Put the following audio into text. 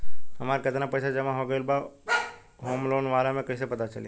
हमार केतना पईसा जमा हो गएल बा होम लोन वाला मे कइसे पता चली?